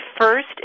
first